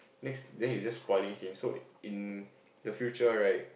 next then you're just spoiling him so in the future right